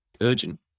urgent